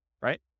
right